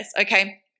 okay